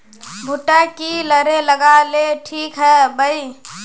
भुट्टा की करे लगा ले ठिक है बय?